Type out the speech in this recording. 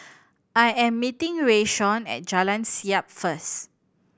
I am meeting Rayshawn at Jalan Siap first